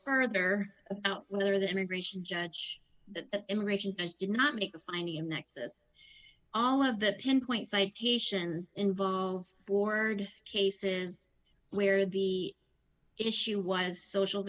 further about whether the immigration judge that immigration was did not make a finding in excess all of the pinpoint citations involved board cases where the issue was social